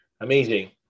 Amazing